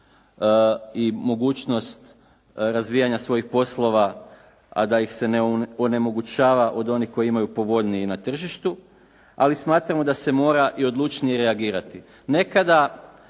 i mogućnost razvijanja svojih poslova, a da ih se ne omogućava od onih koji imaju povoljniji na tržištu, ali smatramo da se mora odlučnije reagirati.